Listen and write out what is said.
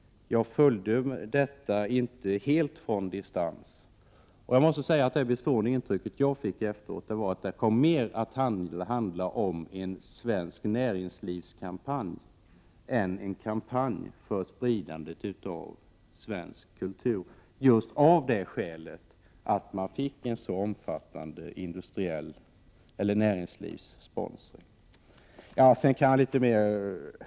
Jag följde detta inte helt från distans, och jag måste säga att det bestående intryck jag hade efteråt var att det mer kom att handla om en svensk näringslivskampanj än om en kampanj för spridande av svensk kultur. Skälet var just att näringslivssponringen blev så omfattande.